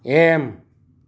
M